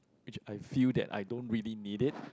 which I feel that I don't really need it